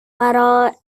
karaoke